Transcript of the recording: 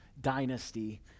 dynasty